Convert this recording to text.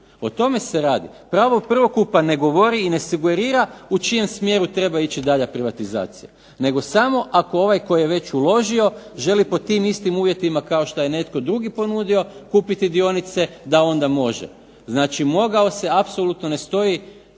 O tome se radi. Pravo prvokupa ne govori i ne sugerira u čijem smjeru treba ići dalja privatizacija, nego samo ako ovaj koji je već uložio želi pod tim istim uvjetima kao šta je netko drugi ponudio kupiti dionice da onda može. Znači mogao se apsolutno ne stoji